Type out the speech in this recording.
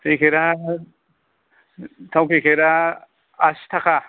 पेकेटा थाव पेकेटा आसिताखा